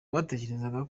batekerezaga